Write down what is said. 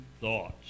thoughts